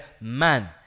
man